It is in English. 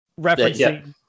referencing